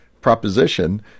proposition